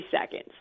seconds